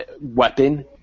weapon